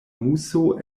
muso